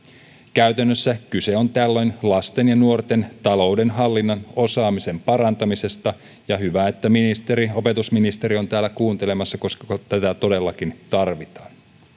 käytännössä kyse on tällöin lasten ja nuorten taloudenhallinnan osaamisen parantamisesta ja hyvä että opetusministeri on täällä kuuntelemassa koska tätä todellakin tarvitaan